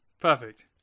Perfect